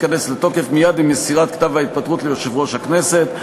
ההתפטרות תיכנס לתוקף מייד עם מסירת כתב ההתפטרות ליושב-ראש הכנסת.